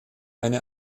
eine